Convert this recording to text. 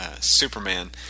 Superman